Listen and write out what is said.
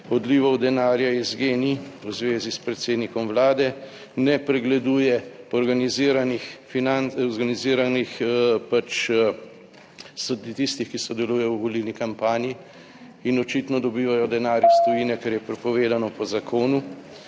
odlivov denarja iz Gen-i v zvezi s predsednikom vlade, ne pregleduje organiziranih pač tistih, ki sodelujejo v volilni kampanji in očitno dobivajo denar iz tujine, kar je prepovedano po zakonu